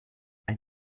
ein